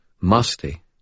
musty